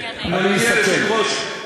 אדוני יסכם.